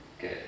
good